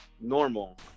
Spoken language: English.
normal